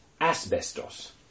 asbestos